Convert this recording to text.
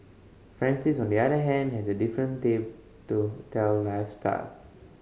Francis on the other hand has a different tale to tell lifestyle